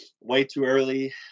way-too-early